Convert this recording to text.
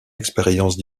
expériences